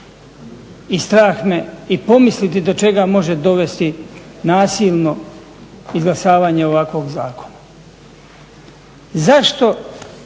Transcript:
i strah me i pomisliti do čega može dovesti nasilno izglasavanje ovakvog zakona. Zašto,